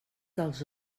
dels